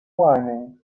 whining